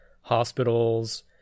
hospitals